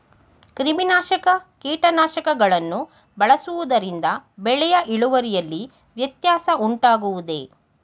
ಕ್ರಿಮಿನಾಶಕ ಕೀಟನಾಶಕಗಳನ್ನು ಬಳಸುವುದರಿಂದ ಬೆಳೆಯ ಇಳುವರಿಯಲ್ಲಿ ವ್ಯತ್ಯಾಸ ಉಂಟಾಗುವುದೇ?